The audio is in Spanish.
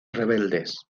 rebeldes